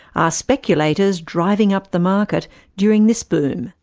are speculators driving up the market during this boom?